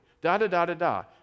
Da-da-da-da-da